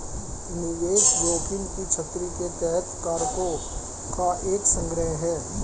निवेश जोखिम की छतरी के तहत कारकों का एक संग्रह है